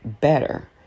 better